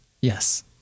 Yes